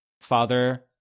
Father